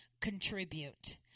Contribute